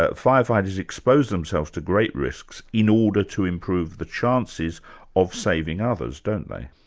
ah firefighters expose themselves to great risks in order to improve the chances of saving others, don't they?